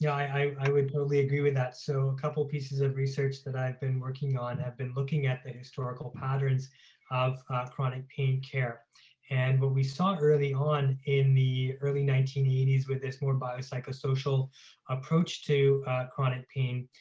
i would totally agree with that. so a couple of pieces of research that i've been working on have been looking at the historical patterns of ah chronic pain care and what we saw early on in the early nineteen eighty s with this more bio-psycho-social approach to chronic pain,